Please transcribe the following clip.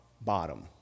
bottom